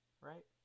Right